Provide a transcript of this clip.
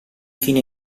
fine